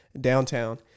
downtown